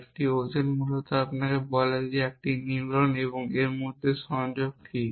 একটি ওজন মূলত আপনাকে বলে যে 1 নিউরন এবং এর মধ্যে একটি সংযোগ কী